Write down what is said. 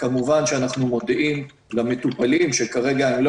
וכמובן שאנחנו מודיעים למטופלים שכרגע הם לא